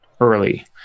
early